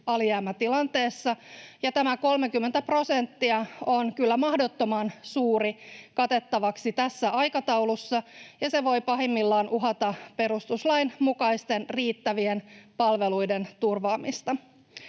alijäämätilanteessa. Tämä 30 prosenttia on kyllä mahdottoman suuri katettavaksi tässä aikataulussa, ja se voi pahimmillaan uhata perustuslain mukaisten riittävien palveluiden turvaamista.